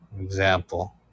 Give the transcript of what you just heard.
example